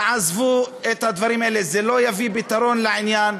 תעזבו את הדברים האלה, זה לא יביא פתרון לעניין,